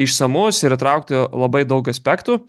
išsamus ir įtraukti labai daug aspektų